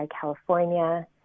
California